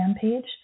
page